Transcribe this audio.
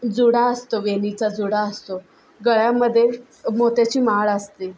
जुडा असतो वेणीचा जुडा असतो गळ्यामध्ये मोत्याची माळ असते